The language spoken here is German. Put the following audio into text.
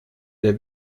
der